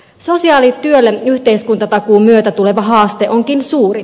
sosiaalityölle yhteiskuntatakuun myötä tuleva haaste onkin suuri